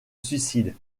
suicide